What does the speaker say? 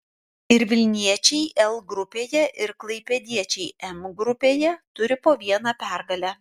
ir vilniečiai l grupėje ir klaipėdiečiai m grupėje turi po vieną pergalę